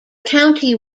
county